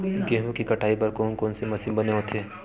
गेहूं के कटाई बर कोन कोन से मशीन बने होथे?